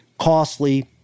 costly